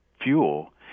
fuel